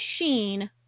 machine